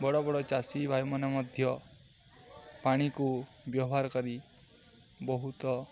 ବଡ଼ ବଡ଼ ଚାଷୀ ଭାଇମାନେ ମଧ୍ୟ ପାଣିକୁ ବ୍ୟବହାର କରି ବହୁତ